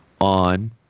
on